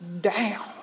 down